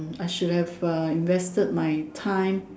I should have invested my time